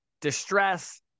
Distress